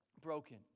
broken